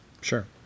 Sure